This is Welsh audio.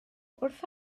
wrth